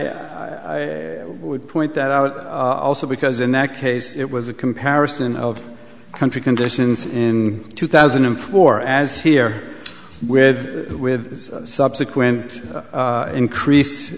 i would point that out also because in that case it was a comparison of country conditions in two thousand and four as here with with subsequent increase